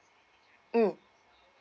mm